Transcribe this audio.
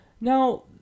Now